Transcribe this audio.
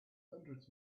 hundreds